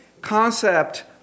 concept